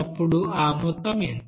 అప్పుడు ఆ మొత్తం ఎంత